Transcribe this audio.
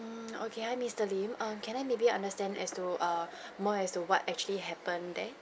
mm okay hi mister lim err can I maybe understand as to err more as to what actually happen there